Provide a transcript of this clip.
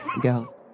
Go